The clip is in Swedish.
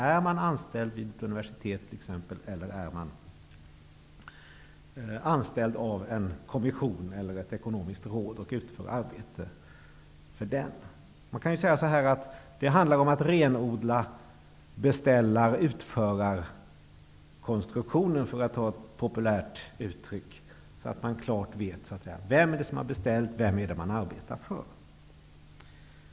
Är man anställd vid ett universitet, eller är man anställd av en kommission eller ett ekonomiskt råd och utför arbete för dessa? Det handlar om att renodla beställar-utförar-konstruktionen, för att använda ett populärt uttryck, så att man klart vet vem som har beställt och vem man arbetar för.